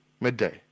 Midday